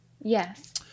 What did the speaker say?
Yes